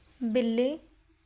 ਬਿੱਲੀ